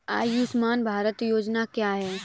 आयुष्मान भारत योजना क्या है?